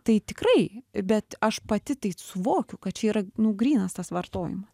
tai tikrai bet aš pati tai suvokiu kad čia yra nu grynas tas vartojimas